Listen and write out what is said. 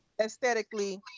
Aesthetically